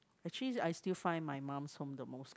actually I still find my mom's home the most